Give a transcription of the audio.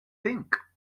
think